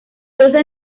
los